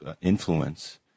influence